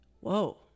whoa